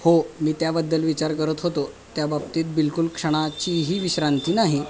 हो मी त्याबद्दल विचार करत होतो त्या बाबतीत बिलकुल क्षणाचीही विश्रांती नाही